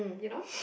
you know